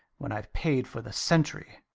when i've paid for the centry.